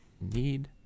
Need